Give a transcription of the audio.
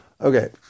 Okay